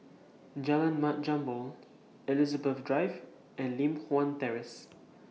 Jalan Mat Jambol Elizabeth Drive and Li Hwan Terrace